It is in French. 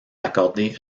accordé